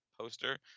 poster